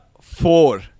four